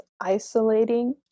isolating